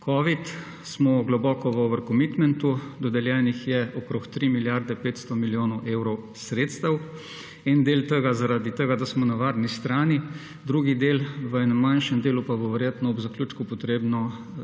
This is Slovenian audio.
smo globoko v overcommitmentu. Dodeljenih je okrog 3 milijarde 500 milijonov evrov sredstev, en del tega zaradi tega, da smo na varni strani, drugi del v enem manjšem delu pa bo verjetno ob zaključku potrebno servisirati